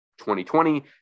2020